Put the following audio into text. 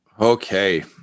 Okay